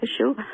issue